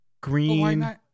green